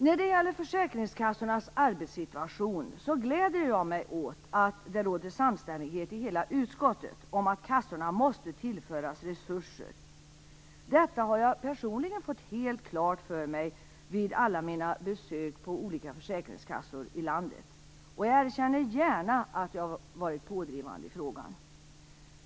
När det gäller arbetssituationen på försäkringskassorna gläder jag mig åt att det råder samstämmighet i hela utskottet om att kassorna måste tillföras resurser. Detta har jag personligen fått helt klart för mig vid alla besök vid olika försäkringskassor i landet. Jag erkänner gärna att jag har varit pådrivande i frågan.